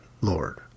Lord